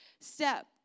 step